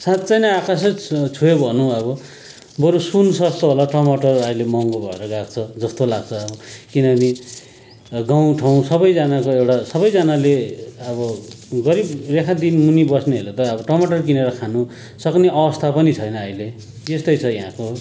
साँच्चै नै आकासै छो छोयो भनुँ अब बरू सुन सस्तो होला टमाटर अहिले महँगो भएर गएको छ जस्तो लाग्छ किनभने गाउँठाउँ सबैजनाको एउटा सबैजनाले अब गरिब रेखादेखिन मुनि बस्नेहरूले त अब टमाटर किनेर खानुसक्ने अवस्था पनि छैन अहिले यस्तै छ यहाँको